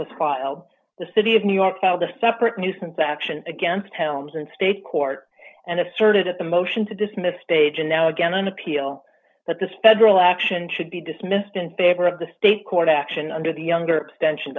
was filed the city of new york held a separate nuisance action against towns in state court and asserted at the motion to dismiss stage and now again an appeal but this federal action should be dismissed in favor of the state court action under the younger